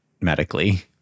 medically